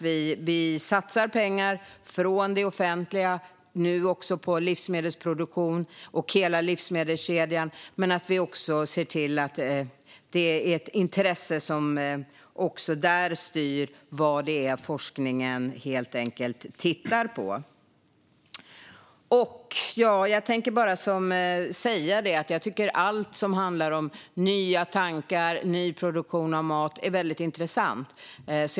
Vi satsar pengar från det offentliga, nu också på livsmedelsproduktion och hela livsmedelskedjan. Vi ser även där till att det är ett intresse som styr vad forskningen tittar på. Jag tycker att allt som handlar om nya tankar och ny produktion av mat är väldigt intressant.